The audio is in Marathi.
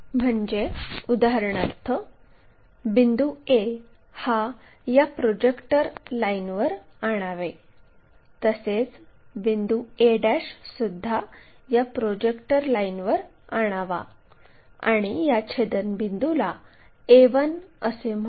म्हणजे उदाहरणार्थ बिंदू a हा या प्रोजेक्टर लाईनवर आणावे तसेच बिंदू a सुद्धा या प्रोजेक्टर लाईनवर आणावा आणि या छेदनबिंदूला a1 असे म्हणू